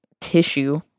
tissue